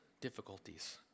difficulties